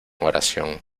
oración